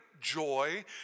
joy